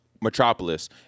Metropolis